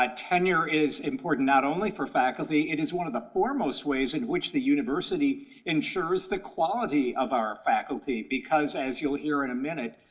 ah tenure is important not only for faculty, it is one of the foremost ways in which the university ensures the quality of our faculty because, as you'll hear in a minute,